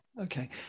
Okay